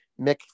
Mick